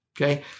Okay